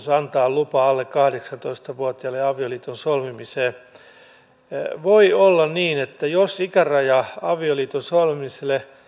lupa alle kahdeksantoista vuotiaille avioliiton solmimiseen voi olla niin että jos ikäraja avioliiton solmimiselle